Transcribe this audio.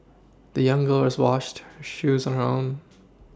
the young girls washed shoes on her own